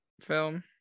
film